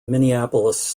minneapolis